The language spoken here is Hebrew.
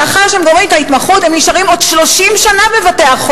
לאחר שהם גומרים את ההתמחות הם נשארים עוד 30 שנה בבתי-החולים,